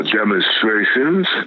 demonstrations